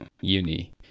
uni